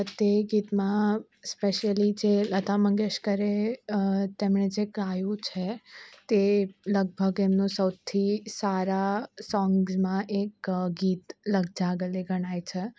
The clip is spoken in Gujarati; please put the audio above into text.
તે ગીતમાં સ્પેશિયલી જે લતા મંગેશકરે તેમણે જે ગાયું છે તે લગભગ એમનો સૌથી સારા સોંગમાં એક ગીત લગજા ગલે ગણાય છે